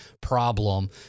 problem